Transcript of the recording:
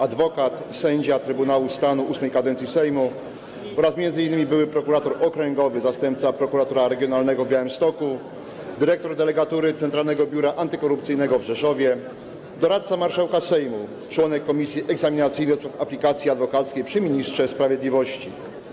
Adwokat, sędzia Trybunału Stanu VIII kadencji Sejmu oraz m.in. były prokurator okręgowy, zastępca prokuratora regionalnego w Białymstoku, dyrektor delegatury Centralnego Biura Antykorupcyjnego w Rzeszowie, doradca marszałka Sejmu, członek komisji egzaminacyjnej do spraw aplikacji adwokackiej przy ministrze sprawiedliwości.